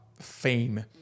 fame